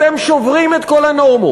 אתם שוברים את כל הנורמות,